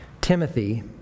Timothy